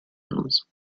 nose